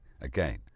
again